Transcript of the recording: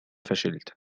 فشلت